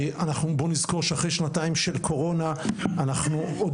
בואו נזכור שאחרי שנתיים של קורונה אנחנו עוד